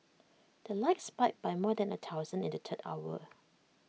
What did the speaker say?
the likes spiked by more than A thousand in the third hour